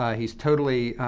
ah he's totally,